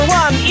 one